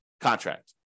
contract